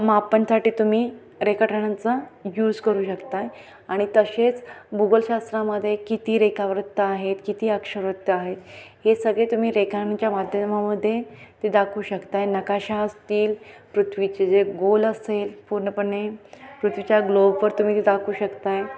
मापनासाठी तुम्ही रेखाटनांचा यूज करू शकत आहात आणि तसेच भूगोलशास्त्रामध्ये किती रेखावृत्ते आहेत किती अक्षवृत्ते आहेत हे सगळे तुम्ही रेखांच्या माध्यमामध्ये ते दाखवू शकत आहात नकाशे असतील पृथ्वीचे जे गोल असेल पूर्णपणे पृथ्वीच्या ग्लोबवर तुम्ही ते दाखवू शकत आहात